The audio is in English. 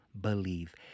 believe